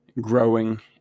growing